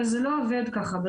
אבל זה לא עובד כך.